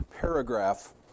paragraph